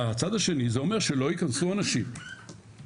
והצד השני זה אומר שלא ייכנסו אנשים שכניסתם